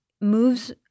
moves